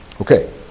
Okay